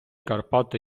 карпати